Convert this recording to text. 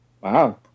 Wow